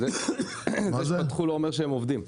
זה שהם פתחו לא אומר שהם עובדים.